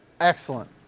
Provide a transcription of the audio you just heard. Excellent